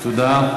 תודה.